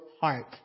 heart